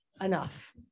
enough